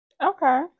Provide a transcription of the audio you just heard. Okay